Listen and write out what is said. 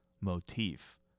motif